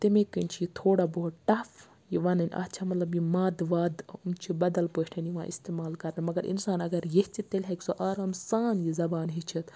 تمے کِن چھُ یہِ تھوڑا بہت ٹَف یہِ وَنٕنۍ اتھ چھےٚ مَطلَب مَد وَد یِم چھِ بَدَل پٲٹھۍ یِوان اِستعمال کَرنہٕ مگر اِنسان اگر ییٚژھِ تیٚلہِ ہیٚکہِ سُہ آرام سان یہِ زَبان ہیٚچھِتھ